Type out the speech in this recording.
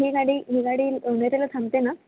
ही गाडी ही गाडी लोणेरेला थांबते ना